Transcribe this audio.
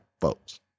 folks